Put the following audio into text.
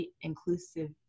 inclusive